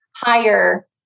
higher